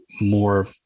more